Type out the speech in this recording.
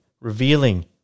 revealing